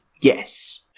yes